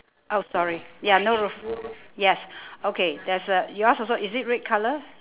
oh sorry ya no roof yes okay there's a yours also is it red colour